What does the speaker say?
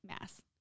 mass